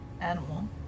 animal